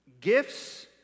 gifts